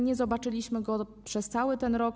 Nie zobaczyliśmy go przez cały rok.